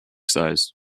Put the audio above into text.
size